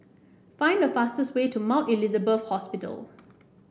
find the fastest way to Mount Elizabeth Hospital